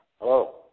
Hello